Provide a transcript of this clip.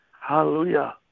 Hallelujah